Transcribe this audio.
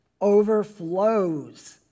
overflows